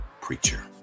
Preacher